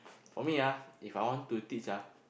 for me ah If I want to teach ah